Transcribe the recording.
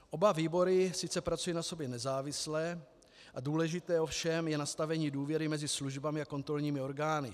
Oba výbory sice pracují na sobě nezávisle, důležité je ovšem nastavení důvěry mezi službami a kontrolními orgány.